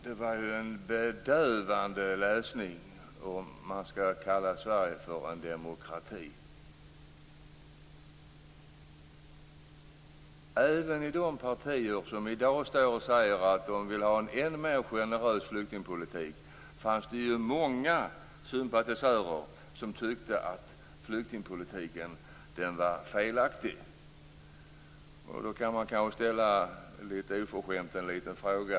Det var en bedövande läsning om man skall kalla Sverige för en demokrati. Även i de partier som i dag säger att de vill ha en än mer generös flyktingpolitik fanns det många sympatisörer som tyckte att flyktingpolitiken var felaktig. Då kan man, lite oförskämt, ställa en liten fråga.